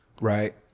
right